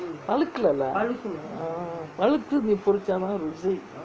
பழுகாலே பழுத்தது பொரிச்சா தான் ருசி:pazhukkalae pazhuthathu poricha thaan rusi